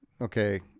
Okay